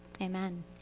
Amen